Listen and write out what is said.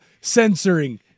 censoring